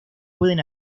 pueden